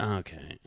okay